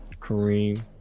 kareem